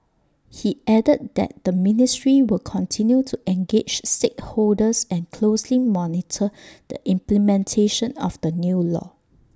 he added that the ministry will continue to engage stakeholders and closely monitor the implementation of the new law